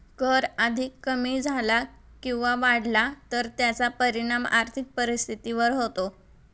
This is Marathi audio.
कर अधिक कमी झाला किंवा वाढला तर त्याचा परिणाम आर्थिक परिस्थितीवर होतो